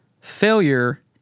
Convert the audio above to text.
Failure